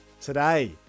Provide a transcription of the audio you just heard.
Today